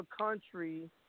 country